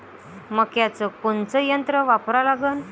मक्याचं कोनचं यंत्र वापरा लागन?